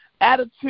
attitude